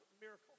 miracle